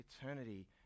eternity